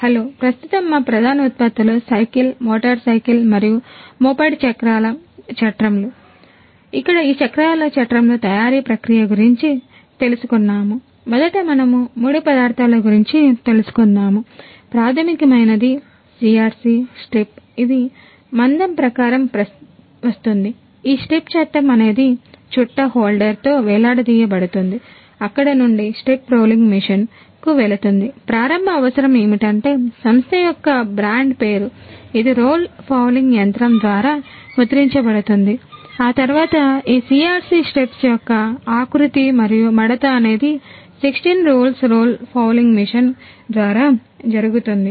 హలోప్రస్తుతం మా ప్రధాన ఉత్పత్తులు సైకిల్ మోటారుసైకిల్ మరియు మోపడ్ చక్రాల చట్రంలు ద్వారా జరుగుతుంది